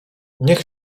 niech